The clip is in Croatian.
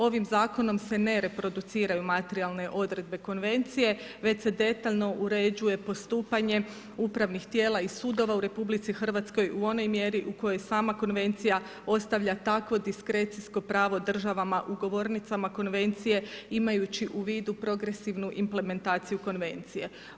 Ovim zakonom se ne reproduciraju materijalne odredbe Konvencije već se detaljno uređuje postupanje upravnih tijela i sudova u RH u onoj mjeri u kojoj sama Konvencija ostavlja takvo diskrecijsko pravo državama ugovornicama konvencije imajući u vidu progresivnu implementaciju Konvencije.